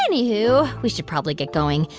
anywho, we should probably get going.